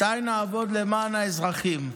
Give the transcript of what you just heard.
מתי נעבוד למען האזרחים?